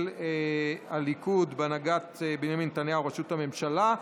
של הליכוד בהנהגת בנימין נתניהו לראשות הממשלה.